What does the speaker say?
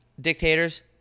dictators